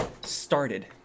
started